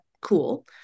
cool